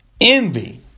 envy